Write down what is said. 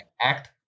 act